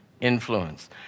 Influence